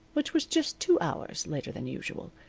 which was just two hours later than usual.